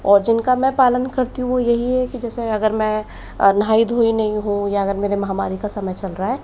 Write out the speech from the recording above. और जिनका मैं पालन करती हूँ वह यही है कि जैसे अगर मैं नहाई धोई नहीं हूँ या अगर मेरा माहवारी का समय चल रहा है